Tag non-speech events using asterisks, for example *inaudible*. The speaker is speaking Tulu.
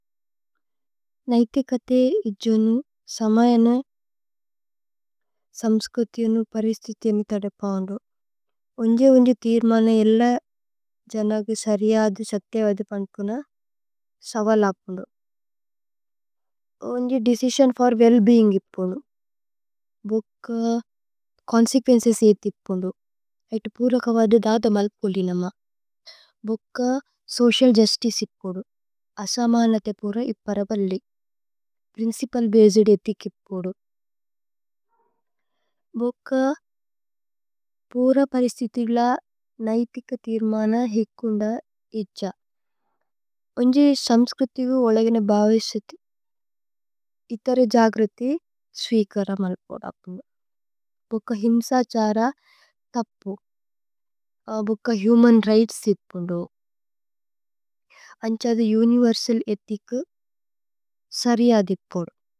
നൈഥി കഥേ ഇജ്ജുനു സമയനു സമ്സ്കോഥിയുനു। പരിസ്തിഥിയുനു ഥദേപൌന്ദു ഉന്ജി ഉന്ജി ഥീര്മനു। ഏല്ല ജനകു സരിയധു സഥിയവധു പന്പുന। സവലപുന്ദു ഉന്ജി ദേചിസിഓന് ഫോര് വേല്ല് ബേഇന്ഗ്। ഇപ്പുന്ദു *hesitation* ഭുക്ക ചോന്സേകുഏന്ചേസ് ഏതി। ഇപ്പുന്ദു ഏതു പൂരകവധു ധധ മല്പുല്ലിനമ്മ। ഭുക്ക സോചിഅല് ജുസ്തിചേ ഇപ്പുന്ദു ഭുക്ക അസമനതേ। പുര ഇപ്പരപല്ലി പ്രിന്ചിപല് ബസേദ് ഏതി ഇപ്പുന്ദു। ഭുക്ക പൂര പരിസ്തിഥില നൈഥിക ഥീര്മന। ഹിക്കുന്ദ ഇജ്ജ ഉന്ജി സമ്സ്കോഥിഗു ഉലഗിനു। ഭവേശിഥി *hesitation* ഇതരേ ജഗ്രുഥി। സ്വികരമല്പുന്ദു ഭുക്ക ഹിമ്സാഛര ഥപ്പു। ഭുക്ക ഹുമന് രിഘ്ത്സ് ഇപ്പുന്ദു അന്ഛ ഥേ। ഉനിവേര്സല് ഏതി ഇക്കു സരിയദ് ഇപ്പുന്ദു।